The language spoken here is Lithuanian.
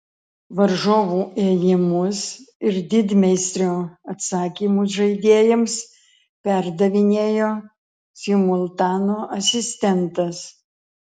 varžovų ėjimus ir didmeistrio atsakymus žaidėjams perdavinėjo simultano asistentas